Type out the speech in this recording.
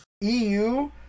EU